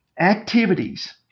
activities